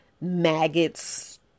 maggots